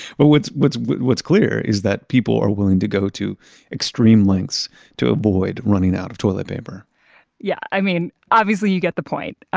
but what's what's clear is that people are willing to go to extreme lengths to avoid running out of toilet paper yeah, i mean, obviously you get the point,